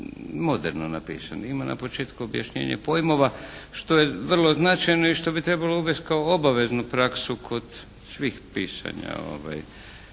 moderno napisan. Ima na početku objašnjenje pojmova što je vrlo značajno i što bi trebalo uvesti kao obaveznu praksu kod svih pisanja